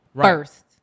first